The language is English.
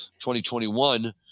2021